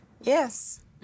yes